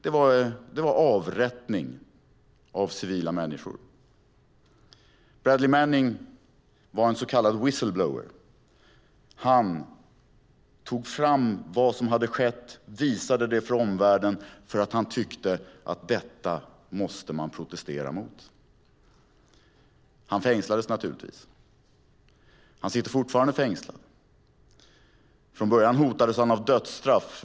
Det var avrättning av civila människor. Bradley Manning var en så kallad whistleblower. Han tog fram vad som hade skett och visade det för omvärlden för att han tyckte att detta måste man protestera emot. Han fängslades naturligtvis. Han sitter fortfarande fängslad. Från början hotades han av dödsstraff.